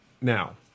now